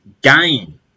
gain